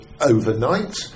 overnight